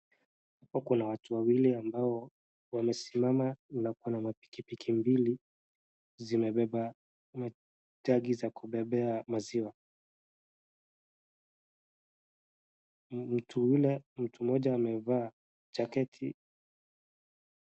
Huku kuna watu wawili ambao wamesimama na kuna pikipiki mbili zimebeba tanki za kubebea maziwa. Mtu yule mtu mmoja amevaa jaketi.